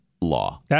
law